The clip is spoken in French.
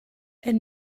elle